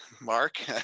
Mark